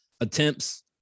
Attempts